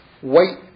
white